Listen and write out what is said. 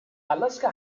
alaska